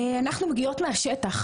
אנחנו מגיעות מהשטח.